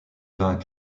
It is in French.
vins